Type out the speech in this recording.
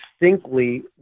distinctly